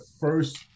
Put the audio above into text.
first